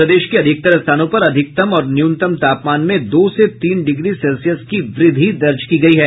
प्रदेश के अधिकतर स्थानों पर अधिकतम और न्यूनतम तापमान में दो से तीन डिग्री सेल्सियस की वृद्धि दर्ज की गयी है